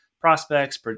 prospects